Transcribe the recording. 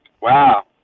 Wow